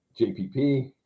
JPP